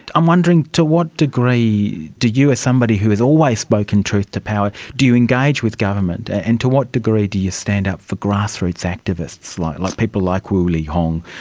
i'm wondering, to what degree do you, as somebody who has always spoken truth to power, do you engage with government, and to what degree do you stand up for grassroots activists, like like people like wu lihong,